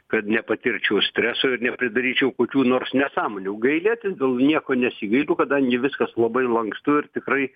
kad nepatirčiau streso ir nepridaryčiau kokių nors nesąmonių gailėtis dėl nieko nesigailiu kadangi viskas labai lankstu ir tikrai